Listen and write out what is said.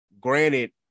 granted